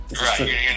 Right